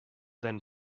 then